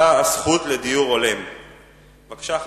בבקשה.